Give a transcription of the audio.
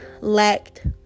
lacked